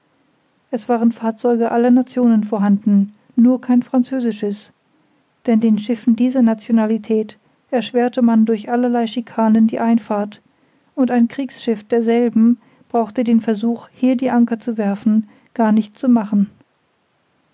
es waren fahrzeuge aller nationen vorhanden nur kein französisches denn den schiffen dieser nationalität erschwerte man durch allerlei schikanen die einfahrt und ein kriegsschiff derselben brauchte den versuch hier die anker zu werfen gar nicht zu machen